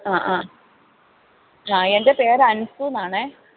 ആ ആ ആ എന്റെ പേര് അന്സൂന്നാണ്